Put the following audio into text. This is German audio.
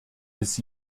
des